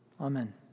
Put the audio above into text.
Amen